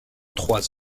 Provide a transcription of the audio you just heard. trois